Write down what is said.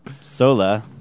SOLA